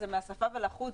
זה מהשפה ולחוץ,